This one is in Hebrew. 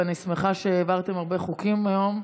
ואני שמחה שהעברתם הרבה חוקים היום.